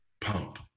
pump